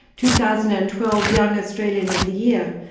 two thousand and twelve young australian of the year,